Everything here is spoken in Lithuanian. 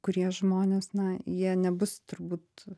kurie žmonės na jie nebus turbūt